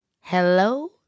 hello